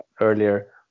earlier